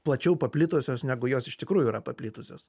plačiau paplitusios negu jos iš tikrųjų yra paplitusios